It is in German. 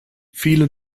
viele